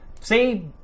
say